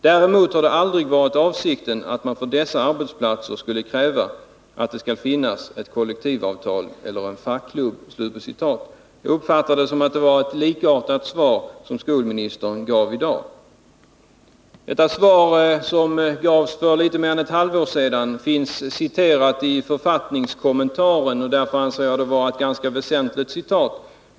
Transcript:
Däremot har det aldrig varit avsikten att man för dessa arbetsplatser skulle kräva att det skall finnas ett kollektivavtal eller Nr 34 en fackklubb.” Tisdagen den Jag uppfattar det så att det var ett likartat svar som skolministern gav 24 november 1981 nyligen. Det citerade uttalandet som avgavs för litet mer än en halvår sedan finns citerat i författningskommentaren, och därför anser jag det vara ett ganska väsentligt citat.